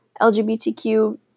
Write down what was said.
LGBTQ